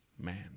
man